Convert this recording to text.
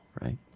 right